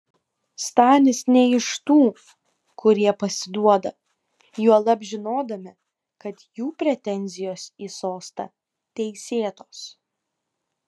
stanis ne iš tų kurie pasiduoda juolab žinodami kad jų pretenzijos į sostą teisėtos